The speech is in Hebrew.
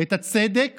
את הצדק